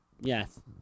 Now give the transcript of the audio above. yes